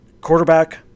Quarterback